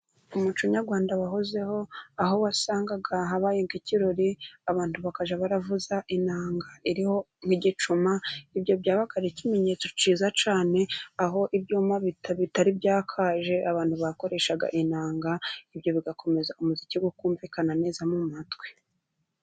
Umuco nyarwanda wahozeho, aho wasangaga ahabaye ikirori abantu bakajya baravuza inanga iriho igicuma, ibyo byabaga ari ikimenyetso cyiza cyane aho ibyuma bitari byakaje abantu bakoreshaga inanga, ibyo bigakomeza umuziki ukumvikana neza mu matwi.